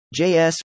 js